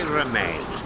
remain